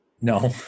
no